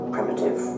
Primitive